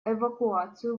эвакуацию